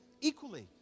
equally